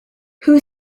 who